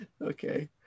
Okay